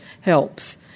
helps